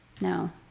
No